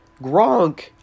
Gronk